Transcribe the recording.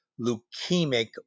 leukemic